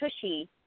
tushy